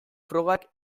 frogak